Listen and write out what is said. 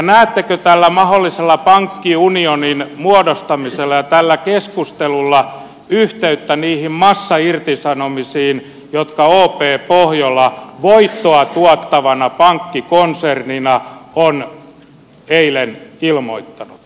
näettekö tällä mahdollisella pankkiunionin muodostamisella ja tällä keskustelulla yhteyttä niihin massairtisanomisiin jotka op pohjola voittoa tuottavana pankkikonsernina on eilen ilmoittanut